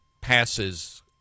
passes